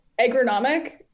agronomic